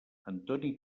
antoni